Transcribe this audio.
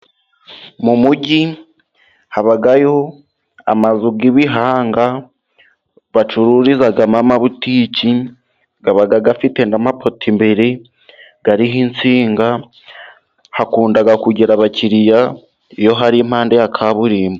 Mu mujyi habayo amazu y'ibihanga, bacururizamo ama butike, aba afite n'amapoto imbere, ariho insinga, hakunda kugira abakiriya iyo ari impande ya kaburimbo.